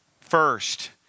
first